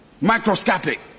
Microscopic